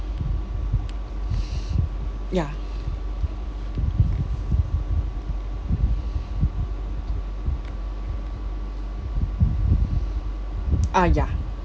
ya ah ya